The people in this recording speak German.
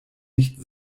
nicht